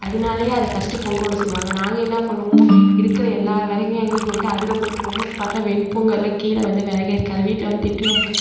அதனாலையே அத ஃபர்ஸ்ட்டு பொங்க விட சொல்லுவாங்க நாங்கள் என்ன பண்ணுவோம் இருக்கிற எல்லா விறகையும் அள்ளி அதில் போட்டுருவோம் பார்த்தா வெண்பொங்கல் கீழே வந்து விறகே இருக்காது வீட்டில் வந்து திட்டுவாங்க